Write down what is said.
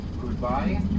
goodbye